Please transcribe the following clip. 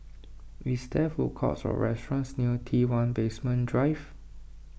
is there food courts or restaurants near T one Basement Drive